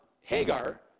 Hagar